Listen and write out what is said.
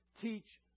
Teach